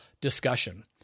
discussion